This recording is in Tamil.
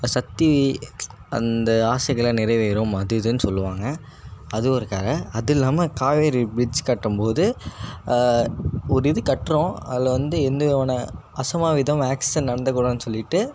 சக்தி அந்த ஆசைகள்லாம் நிறைவேறும் அதுஇதுனு சொல்வாங்க அது ஒரு கதை அது இல்லாமல் காவேரி ப்ரிட்ஜ் கட்டும்போது ஒரு இது கட்டுறோம் அதில் வந்து எந்தவிதமான அசம்பாவிதம் ஆக்சிரண்ட் நடந்திடக்கூடாதுனு சொல்லிவிட்டு